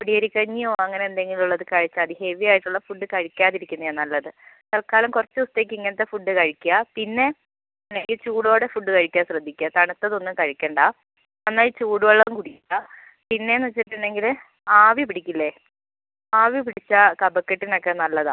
പൊടിയരി കഞ്ഞിയോ അങ്ങനെ എന്തെങ്കിലും ഉള്ളത് കഴിച്ചാൽ മതി ഹെവി ആയിട്ടുള്ള ഫുഡ് കഴിക്കാതിരിക്കുന്നതാണ് നല്ലത് തൽക്കാലം കുറച്ച് ദിവസത്തേക്ക് ഇങ്ങനത്തെ ഫുഡ് കഴിക്ക പിന്നെ ചൂടോടെ ഫുഡ് കഴിക്കാൻ ശ്രദ്ധിക്കുക തണുത്തതൊന്നും കഴിക്കണ്ട നന്നായി ചൂടുവെള്ളം കുടിക്ക പിന്നേന്ന് വച്ചിട്ടുണ്ടെങ്കിൽ ആവി പിടിക്കില്ലേ ആവി പിടിച്ചാൽ കഭക്കെട്ടിനൊക്കെ നല്ലതാണ്